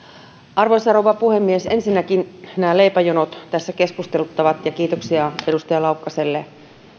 arvoisa rouva puhemies ensinnäkin nämä leipäjonot tässä keskusteluttavat ja kiitoksia edustaja laukkaselle